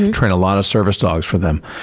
and train a lot of service dogs for them.